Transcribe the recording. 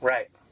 Right